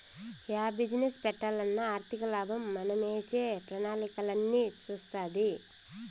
yeah business పెట్టాలన్నా ఆర్థికలాభం మనమేసే ప్రణాళికలన్నీ సూస్తాది